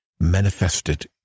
manifested